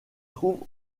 trouve